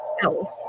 else